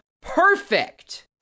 perfect